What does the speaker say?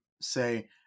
say